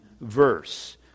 verse